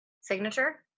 signature